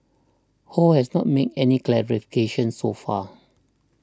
ho has not made any clarifications so far